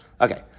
Okay